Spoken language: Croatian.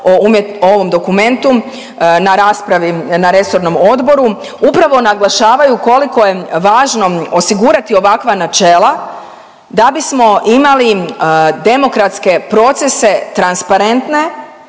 o ovom dokumentu na raspravi na resornom odboru, upravo naglašavaju koliko je važno osigurati ovakva načela da bismo imali demokratske procese transparente